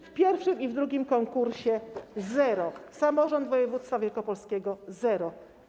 W pierwszym i w drugim konkursie - zero, samorząd województwa wielkopolskiego - zero.